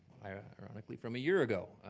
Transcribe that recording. ironically, from a year ago.